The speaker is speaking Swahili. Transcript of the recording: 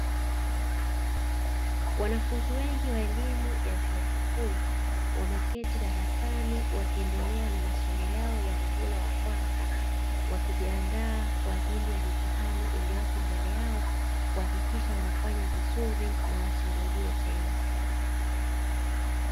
Wanafunzi wengi wa elimu ya vyuo vikuu wameketi darasani wakiendelea na masomo yao ya muhula wa kwanza wa wakijiandaa kwa ajili ya mitihani iliyoko mbele yao kuhakikisha wanafanya vizuri na wasirudie tena.